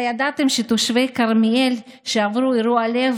הידעתם שתושבי כרמיאל שעברו אירוע לב